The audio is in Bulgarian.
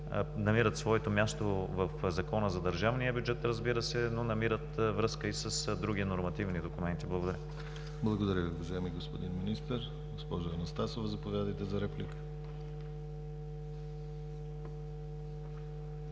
намират своето място в Закона за държавния бюджет, разбира се, но намират връзка и с други нормативни документи. Благодаря. ПРЕДСЕДАТЕЛ ДИМИТЪР ГЛАВЧЕВ: Благодаря Ви, уважаеми господин Министър. Госпожо Анастасова, заповядайте за реплика.